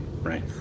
right